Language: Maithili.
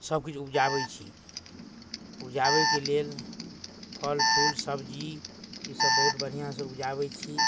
सबकिछु उपजाबै छी उपजाबैके लेल फलफूल सब्जी ईसब बहुत बढ़िआँसँ उपजाबै छी